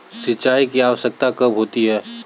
सिंचाई की आवश्यकता कब होती है?